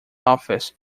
office